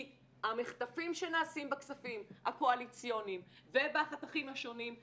כי המחטפים שנעשים בכספים הקואליציוניים ובחתכים השונים,